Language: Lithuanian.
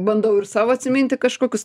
bandau ir savo atsiminti kažkokius